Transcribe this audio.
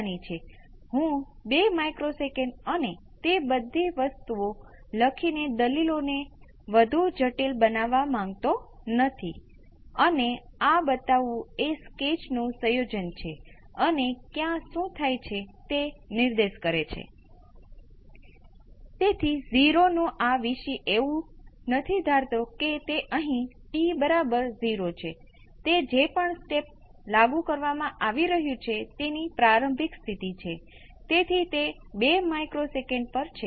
SCR 1 ની limit 0 of Vc of t પર જાય છે જે ખરેખર V p 1 SCR exponential st exponential t RC V c of 0 exponential t RC છે આ આખી વસ્તુ V p × t RC exponential t RC V c of 0 exponential t R C હશે